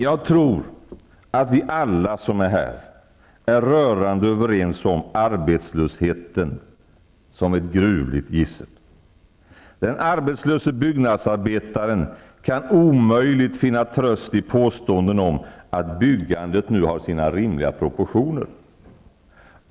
Jag tror att vi alla är rörande överens om att arbetslösheten är ett gruvligt gissel. Den arbetslöse byggnadsarbetaren kan omöjligt finna tröst i påstånden om att byggandet nu har nått sina rimliga proportioner.